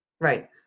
right